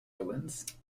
orleans